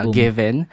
given